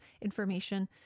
information